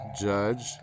Judge